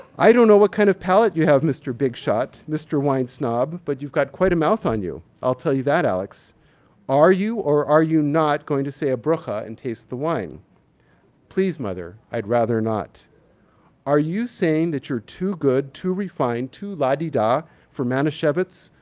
i don't know what kind of palate you have mr. big shot, mr. wine snob, but you've got quite a mouth on you, i'll tell you that, alex are you or are you not going to say a barakhah and taste the wine please, mother. i'd rather not are you saying that you're too good, too refined, too la-di-da for manischewitz